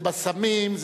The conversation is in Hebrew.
זה בסמים,